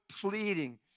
pleading